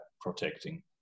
protecting